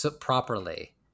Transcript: properly